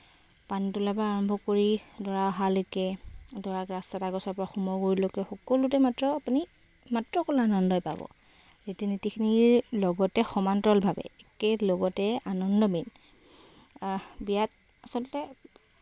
পানী তুলাৰ পৰা আৰম্ভ কৰি দৰা অহালৈকে দৰাক ৰাস্তাত আগছাৰ পৰা হোমৰ গুৰিলৈকে সকলোতে মাত্ৰ আপুনি মাত্ৰ অকল আনন্দই পাব ৰীতি নীতিখিনিৰ লগতে সমান্তৰালভাৱে একেই লগতে আনন্দ মেইন বিয়াত আচলতে